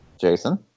Jason